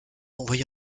envoyé